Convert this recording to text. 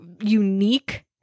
unique